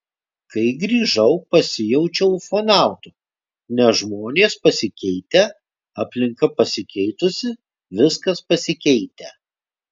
kai grįžau pasijaučiau ufonautu nes žmonės pasikeitę aplinka pasikeitusi viskas pasikeitę